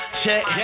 check